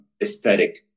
aesthetic